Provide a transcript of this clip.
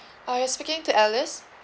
oh you're speaking to alice